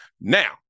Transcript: Now